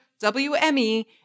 WME